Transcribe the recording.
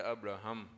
Abraham